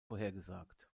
vorhergesagt